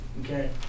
okay